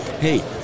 hey